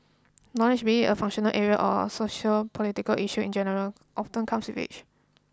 knowledge be a functional area or sociopolitical issues in general often comes with age